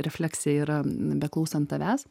refleksija yra beklausant tavęs